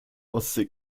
ostsee